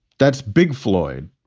that's big floyd.